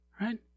Right